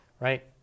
right